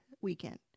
weekend